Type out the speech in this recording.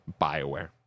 Bioware